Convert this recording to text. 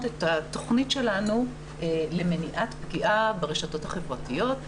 את התוכנית שלנו למניעת פגיעה ברשתות החברתיות.